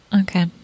okay